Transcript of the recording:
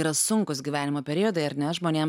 yra sunkūs gyvenimo periodai ar ne žmonėm